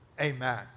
Amen